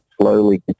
slowly